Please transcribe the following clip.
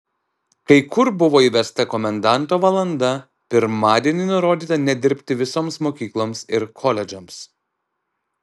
kai kur buvo įvesta komendanto valanda pirmadienį nurodyta nedirbti visoms mokykloms ir koledžams